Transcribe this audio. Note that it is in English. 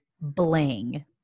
bling